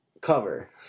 cover